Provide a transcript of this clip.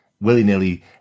willy-nilly